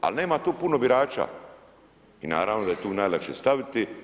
Ali nema tu puno birača i naravno da je tu najlakše staviti.